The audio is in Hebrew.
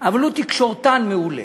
אבל הוא תקשורתן מעולה.